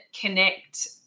connect